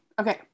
Okay